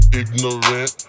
ignorant